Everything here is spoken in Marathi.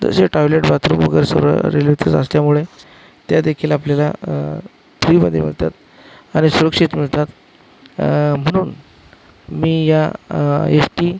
तसे टॉयलेट बाथरूम वगैरे सर्व रेल्वेतच असल्यामुळे त्या देखील आपल्याला फ्रीमधे मिळतात आणि सुरक्षित मिळतात म्हनून मी या एश टी